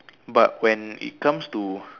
but when it comes to